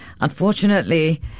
Unfortunately